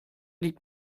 liegt